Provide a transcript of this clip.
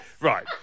Right